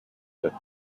that